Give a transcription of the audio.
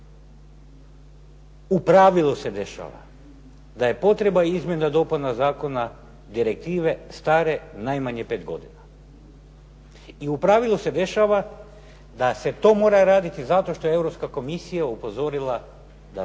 U pravilu se dešava da je potreba izmjena i dopuna zakona direktive stare najmanje pet godina. I u pravilu se dešava da se to mora raditi zašto što je Europska komisija upozorila da ni